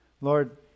Lord